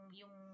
yung